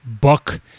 buck